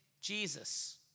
Jesus